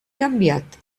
canviat